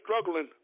struggling